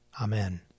Amen